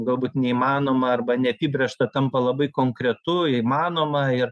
galbūt neįmanoma arba neapibrėžta tampa labai konkretu įmanoma ir